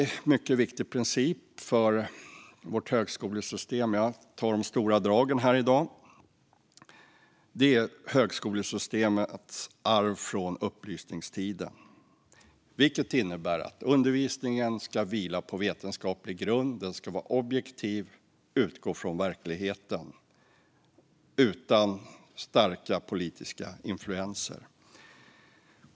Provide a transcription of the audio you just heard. En annan mycket viktig princip för vårt högskolesystem är högskolesystemets arv från upplysningstiden. Det innebär att undervisningen ska vila på vetenskaplig grund, vara objektiv och utgå från verkligheten utan starka politiska influenser.